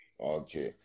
Okay